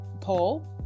poll